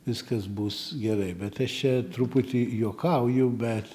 viskas bus gerai bet aš čia truputį juokauju bet